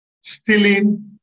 stealing